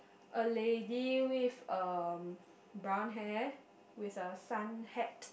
a lady with a brown hair with a sun hat